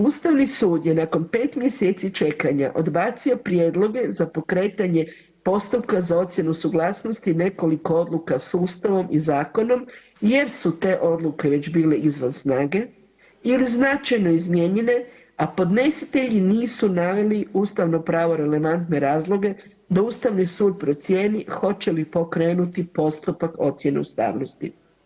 Ustavni sud je nakon 5 mjeseci čekanja odbacio prijedloge za pokretanje postupka za ocjenu suglasnosti nekoliko odluka s Ustavom i zakonom, jer su te odluke već bile izvan snage ili značajno izmijenjene, a podnositelji nisu naveli ustavno pravo relevantne razloga da Ustavni sud procijeni hoće li pokrenuti postupak ocjene ustavnosti.